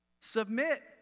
Submit